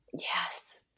Yes